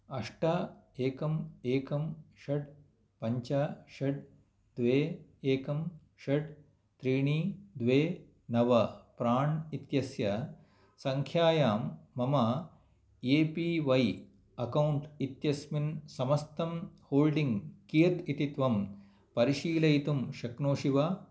अष्ट एकम् एकं षट् पञ्च षट् द्वे एकं षट् त्रीणि द्वे नव प्राण् इत्यस्य सङ्ख्यायां मम ए पी वै अकौण्ट् इत्यस्मिन् समस्तं होल्डिङ्ग् कियत् इति त्वं परिशीलयितुं शक्नोषि वा